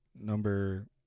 number